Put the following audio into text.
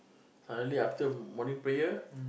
suddenly after morning prayer